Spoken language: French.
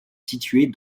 située